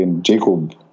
Jacob